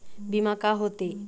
बीमा का होते?